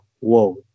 whoa